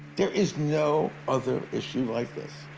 there is no other issue like this.